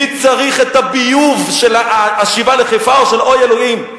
מי צריך את הביוב של "השיבה לחיפה" או של "אוי אלוהים"?